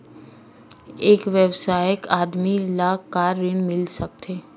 एक वयस्क आदमी ला का ऋण मिल सकथे?